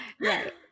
Right